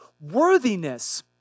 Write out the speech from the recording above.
Worthiness